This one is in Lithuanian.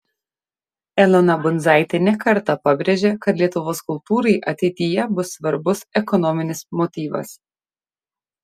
elona bundzaitė ne kartą pabrėžė kad lietuvos kultūrai ateityje bus svarbus ekonominis motyvas